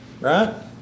right